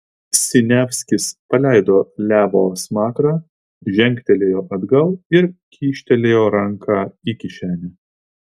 siniavskis paleido levo smakrą žengtelėjo atgal ir kyštelėjo ranką į kišenę